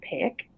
pick